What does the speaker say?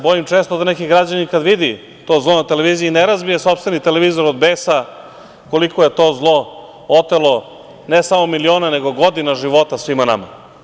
Bojim se često da neki građanin kada vidi to zlo na televiziji, ne razbije sopstveni televizor od besa, koliko je to zlo otelo ne samo milione, nego godine života svima nama.